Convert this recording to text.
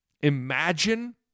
Imagine